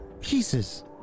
pieces